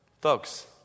folks